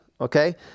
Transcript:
okay